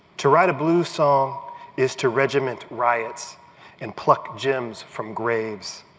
to write a blues song is to regiment riots and pluck gems from graves.